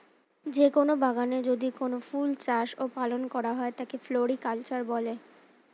যে কোন বাগানে যদি কোনো ফুল চাষ ও পালন করা হয় তাকে ফ্লোরিকালচার বলে